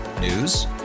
News